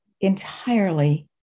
entirely